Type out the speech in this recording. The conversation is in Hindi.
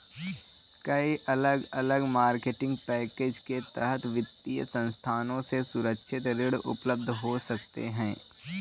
कई अलग अलग मार्केटिंग पैकेज के तहत वित्तीय संस्थानों से असुरक्षित ऋण उपलब्ध हो सकते हैं